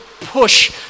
push